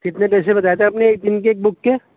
کتنے پیسے بتائے تھے ہیں اپنی ایک دن کے ایک بک کے